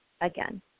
again